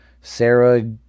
Sarah